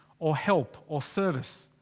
or help or service.